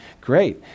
Great